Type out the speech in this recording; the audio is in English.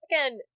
again